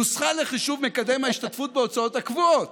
נוסחה לחישוב מקדם ההשתתפות בהוצאות הקבועות: